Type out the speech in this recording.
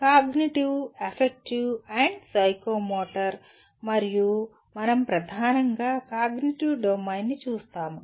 cognitive affective మరియు psychomotor మరియు మనం ప్రధానంగా కాగ్నిటివ్ డొమైన్ను చూస్తాము